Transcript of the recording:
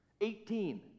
Eighteen